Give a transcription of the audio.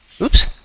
Oops